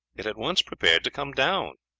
it at once prepared to come down.